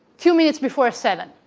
two minutes before seven